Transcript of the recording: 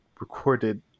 recorded